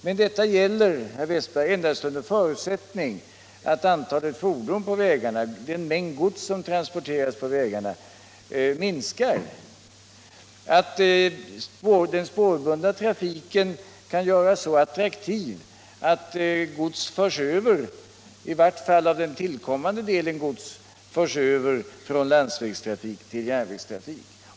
Men detta gäller endast, herr Wästberg i Stockholm, under förutsättning att antalet fordon och den mängd gods som transporteras på vägarna minskar och att den spårbundna trafiken kan göras så attraktiv att i vart fall den tillkommande delen gods förs över från landsvägstrafik till järnvägstrafik.